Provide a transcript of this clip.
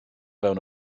fewn